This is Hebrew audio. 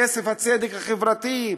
כסף הצדק החברתי,